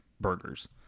burgers